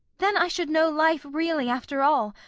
then i should know life really after all.